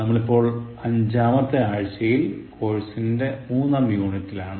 നമ്മൾ ഇപ്പോൾ അഞ്ചാമത്തെ ആഴ്ച്ചയിൽ കോഴ്സിൻറെ മൂന്നാം യൂണിറ്റിലാണ്